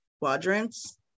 quadrants